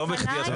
לא בכדי.